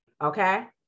okay